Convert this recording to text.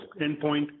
endpoint